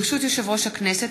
ברשות יושב-ראש הכנסת,